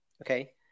okay